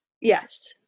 yes